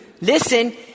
listen